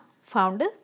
Founder